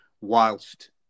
whilst